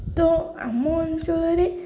ତ ଆମ ଅଞ୍ଚଳରେ